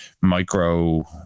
micro